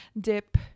dip